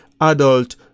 adult